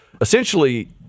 essentially